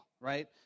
right